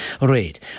Right